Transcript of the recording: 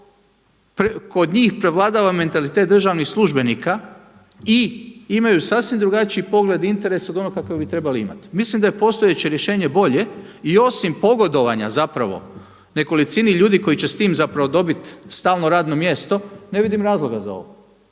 kod njih prevladava mentalitet državnih službenika i imaju sasvim drugačiji pogled i interes od onoga kakav bi trebali imati. Mislim da je postojeće rješenje bolje i osim pogodovanja nekolicini ljudi koji će s tim dobiti stalno radno mjesto, ne vidim razloga za ovo.